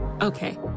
Okay